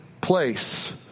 place